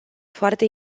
foarte